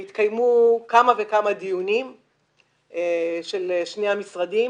התקיימו כמה וכמה דיונים של שני המשרדים.